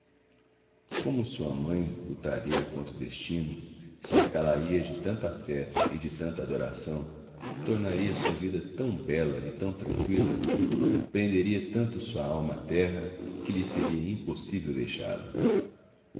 como sua mãe lutaria contra o destino cercá la ia de tanto afeto e de tanta adoração tornaria sua vida tão bela e tão tranqüila prenderia tanto sua alma à terra que lhe seria impossível deixá-la